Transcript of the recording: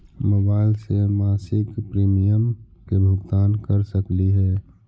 Mobile से मासिक premium के भुगतान कर सकली हे?